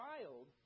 child